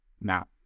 Now